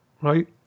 right